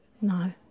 No